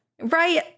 Right